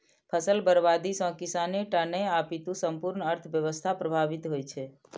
फसल बर्बादी सं किसाने टा नहि, अपितु संपूर्ण अर्थव्यवस्था प्रभावित होइ छै